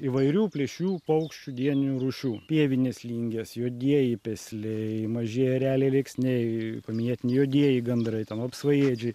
įvairių plėšriųjų paukščių dieninių rūšių pievinės lingės juodieji pesliai mažieji ereliai rėksniai paminėti juodieji gandrai ten vapsvaėdžiai